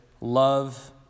love